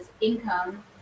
income